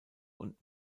und